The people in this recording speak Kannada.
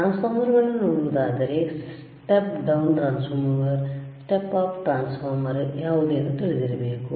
ಟ್ರಾನ್ಸ್ಫಾರ್ಮರ್ಗಳನ್ನು ನೋಡುವುದಾದರೆ ಸ್ಟೆಪ್ ಡೌನ್ ಟ್ರಾನ್ಸ್ಫಾರ್ಮರ್ ಅಥವಾ ಸ್ಟೆಪ್ ಅಪ್ ಟ್ರಾನ್ಸ್ಫಾರ್ಮರ್ಯಾವುದೆಂದು ತಿಳಿದಿರಬೇಕು